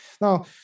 Now